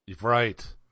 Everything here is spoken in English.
Right